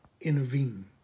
intervene